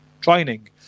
training